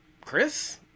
Chris